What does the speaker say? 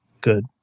good